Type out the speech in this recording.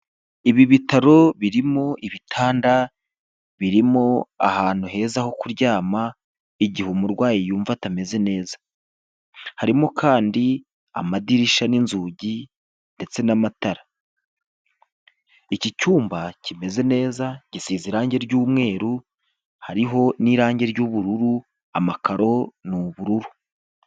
Ibi bitaro birimo ibitanda, birimo ahantu heza ho kuryama igihe umurwayi yumva atameze neza, harimo kandi amadirishya n'inzugi ndetse n'amatara. Iki cyumba kimeze neza gisize irangi ry'umweru, hariho n'irangi ry'ubururu, amakaro ni ubururu.